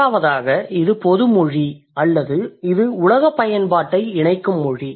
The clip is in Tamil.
முதலாவதாக இது பொது மொழி அல்லது இது உலகப் பயன்பாட்டை இணைக்கும் மொழி